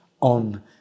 on